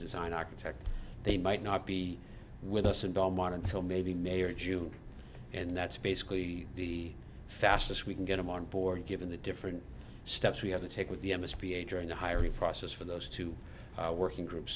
design architect they might not be with us in belmont until maybe may or june and that's basically the fastest we can get them on board given the different steps we have to take with the m s p a during the hiring process for those two working groups